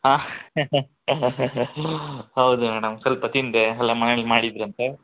ಹಾಂ ಹೌದು ಮೇಡಮ್ ಸ್ವಲ್ಪ ತಿಂದೆ ಅಲ್ಲಾ ಮನೇಲಿ ಮಾಡಿದ್ರು ಅಂತ